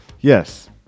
Yes